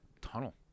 tunnel